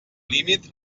límit